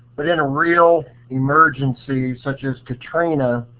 but in a real emergency such as katrina,